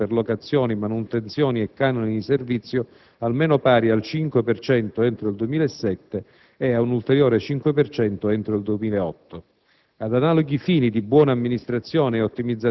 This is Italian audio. con una contestuale riduzione di spese correnti per locazioni, manutenzioni e canoni di servizio, almeno pari al 5 per cento entro il 2007 e ad un ulteriore 5 per cento entro il 2008.